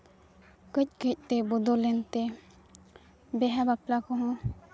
ᱠᱟᱹᱡ ᱠᱟᱹᱡᱛᱮ ᱵᱚᱫᱚᱞᱮᱱᱛᱮ ᱵᱤᱦᱟᱹ ᱵᱟᱯᱞᱟ ᱠᱚᱦᱚᱸ